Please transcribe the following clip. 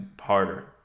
harder